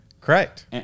correct